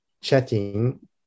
chatting